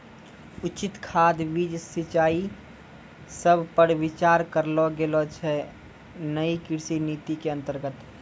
उचित खाद, बीज, सिंचाई सब पर विचार करलो गेलो छै नयी कृषि नीति के अन्तर्गत